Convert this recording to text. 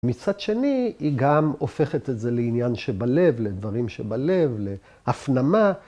‫מצד שני, היא גם הופכת את זה ‫לעניין שבלב, לדברים שבלב, להפנמה.